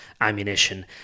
ammunition